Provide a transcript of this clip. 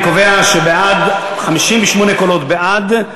אני קובע ש-58 קולות בעד,